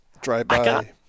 drive-by